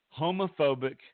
homophobic